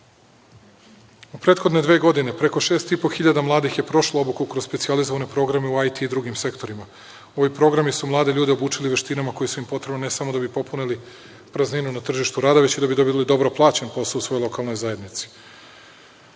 prethodne dve godine, preko šest i po hiljada mladih je prošlo obuku kroz specijalizovane programe u IT i drugim sektorima. Ovi programi su mlade ljude obučili veštinama koje su im potrebne ne samo da bi popunili prazninu na tržištu rada, već da bi dobili i dobro plaćen posao u svojoj lokalnoj zajednici. Kao